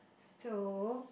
so